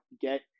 get